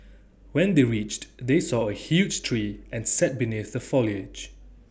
when they reached they saw A huge tree and sat beneath the foliage